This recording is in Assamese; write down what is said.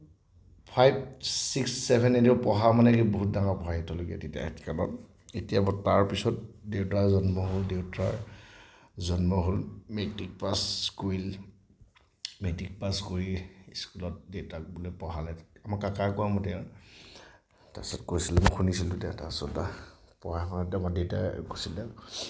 ফাইভ ছিক্স ছেভেন এনেকুৱা পঢ়া মানে কি বহুত ডাঙৰ কথা টাইমত এতিয়া তাৰপিছত দেউতাৰ জন্ম হ'ল দেউতাৰ জন্ম হ'ল মেট্ৰিক পাছ কৰি মেট্ৰিক পাছ কৰি স্কুলত দেতাক বোলে পঢ়ালে আমাক ককাই কোৱা মতে আৰু তাৰপিছত কৈছিলে মই শুনিছিলোঁ পঢ়া শুনাত আমাৰ দেউতাই